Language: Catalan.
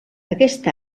aquest